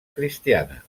cristiana